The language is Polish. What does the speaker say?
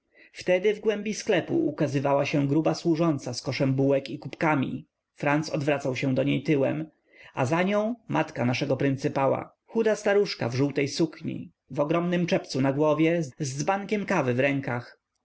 wtedy w głębi sklepu ukazywała się gruba służąca z koszem bułek i kubkami franc odwracał się do niej tyłem a za nią matka naszego pryncypała chuda staruszka w żółtej sukni w ogromnym czepcu na głowie z dzbankiem kawy w rękach